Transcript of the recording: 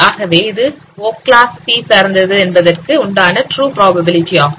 ஆகவே இது o class c சார்ந்தது என்பதற்கு உண்டான ட்ரு புரோபாபிலிடி ஆகும்